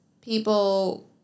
people